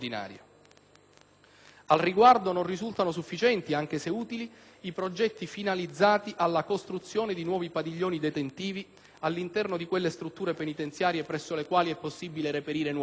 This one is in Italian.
Al riguardo, non risultano sufficienti, anche se utili, i progetti finalizzati alla costruzione di nuovi padiglioni detentivi all'interno di quelle strutture penitenziarie presso le quali è possibile reperire nuovi spazi.